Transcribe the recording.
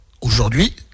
aujourd'hui